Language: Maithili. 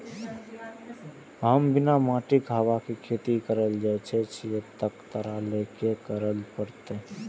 हम बिना माटिक हवा मे खेती करय चाहै छियै, तकरा लए की करय पड़तै?